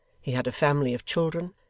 he had a family of children,